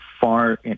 far